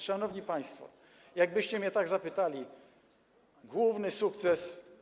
Szanowni państwo, jakbyście mnie tak zapytali o główny sukces.